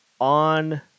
on